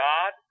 God